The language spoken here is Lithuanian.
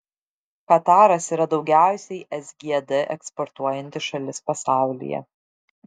kataras yra daugiausiai sgd eksportuojanti šalis pasaulyje